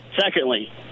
Secondly